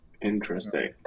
interesting